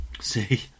see